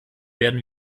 werden